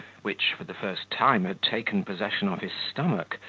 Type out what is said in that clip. which, for the first time, had taken possession of his stomach,